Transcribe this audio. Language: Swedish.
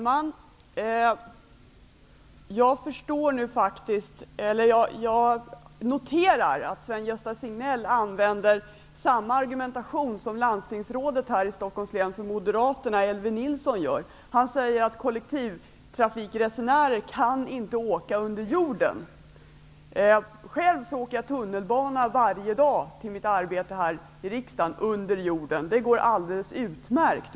Herr talman! Jag noterar att Sven-Gösta Signell använder samma argumentation som landstingsrådet för Moderaterna i Stockholms län, Elwe Nilsson, gör. Han säger att kollektivtrafikresenärer inte kan åka under jord. Själv åker jag tunnelbana -- under jord -- varje dag till mitt arbete här i riksdagen. Det går alldeles utmärkt.